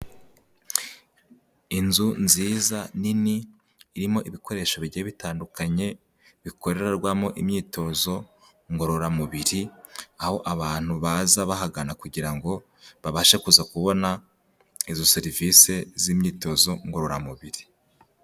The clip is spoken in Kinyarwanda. Inzu nziza nini irimo ibikoresho bigiye bitandukanye bikorerwamo imyitozo ngororamubiri, aho abantu baza bahagana kugira ngo babashe kuza kubona izo serivise z'imyitozo ngororamubiri.